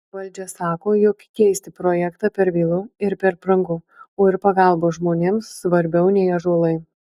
valdžia sako jog keisti projektą per vėlu ir per brangu o ir pagalba žmonėms svarbiau nei ąžuolai